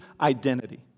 identity